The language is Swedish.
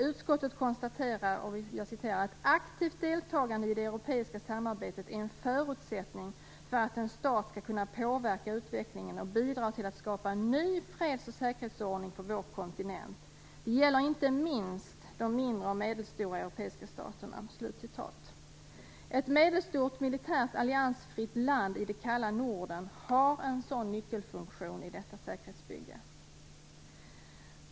Utskottet konstaterar: "Ett aktivt deltagande i det europeiska samarbetet är en förutsättning för att en stat skall kunna påverka utvecklingen och bidra till att skapa en ny freds och säkerhetsordning på vår kontinent. Det gäller inte minst de mindre och medelstora europeiska staterna." Ett medelstort militärt alliansfritt land i det kalla Norden har en nyckelfunktion i detta säkerhetsbygge.